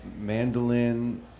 mandolin